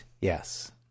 Yes